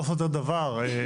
אגב,